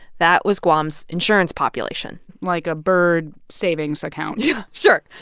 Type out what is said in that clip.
that was guam's insurance population like a bird savings account yeah sure.